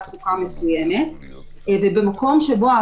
יחד עם זאת בסעיף הזה יש נקודה שבה החוק שבא להגן על מי